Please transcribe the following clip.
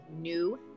new